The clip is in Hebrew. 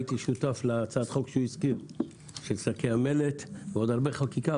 הייתי שותף להצעת החוק שהוזכרה של שקי המלט ועוד הרבה חקיקה,